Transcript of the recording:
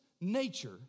nature